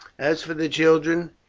as for the children,